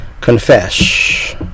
confess